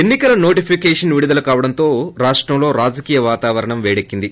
ఎన్ని కల నోటిఫికేషన్ విడులకావడంతో రాష్టంలో రాజకీయ వాతావరణం పేడెక్కింది